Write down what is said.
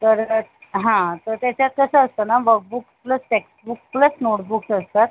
तर हां तर त्याच्यात कसं असतं ना workbook plus text book plus notebooks असतात